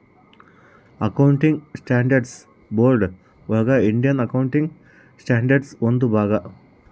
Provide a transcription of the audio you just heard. accounting standards board ಒಳಗ Indian accounting standard ಒಂದು ಭಾಗ